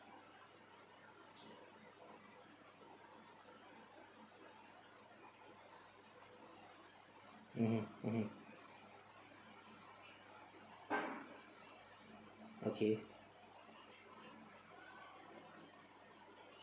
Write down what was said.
mmhmm mmhmm okay